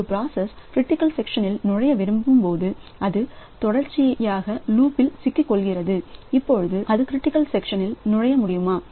ஒரு process critical செக்ஷனில் நுழைய விரும்பும் போது அது தொடர்ச்சியாகலூப் சிக்கிக் கொள்கிறது இப்பொழுது அதுகிரிட்டிக்கல் சக்சன் நுழைய முடியுமா